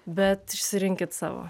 bet išsirinkit savo